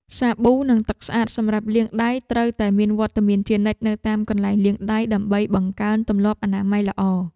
សាប៊ូនិងទឹកស្អាតសម្រាប់លាងដៃត្រូវតែមានវត្តមានជានិច្ចនៅតាមកន្លែងលាងដៃដើម្បីបង្កើនទម្លាប់អនាម័យល្អ។